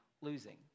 losing